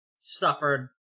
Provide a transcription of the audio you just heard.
suffered